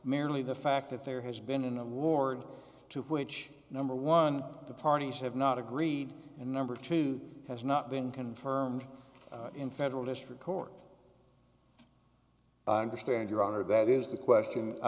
merely the fact that there has been an award to which number one the parties have not agreed and number two has not been confirmed in federal district court and the stand your honor that is the question i